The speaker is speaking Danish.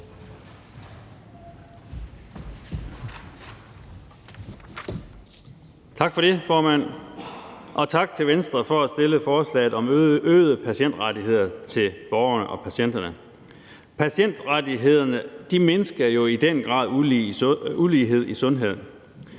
Tak for det, formand, og tak til Venstre for at fremsætte forslaget om øgede patientrettigheder til borgerne og patienterne. Patientrettighederne mindsker i den grad ulighed i sundhed.